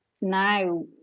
now